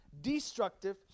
destructive